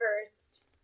first